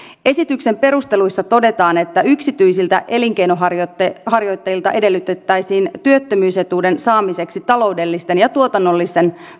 esityksen perusteluissa todetaan että yksityisiltä elinkeinonharjoittajilta edellytettäisiin työttömyysetuuden saamiseksi taloudellisten ja tuotannollisten